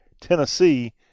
Tennessee